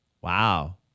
Wow